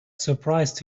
surprised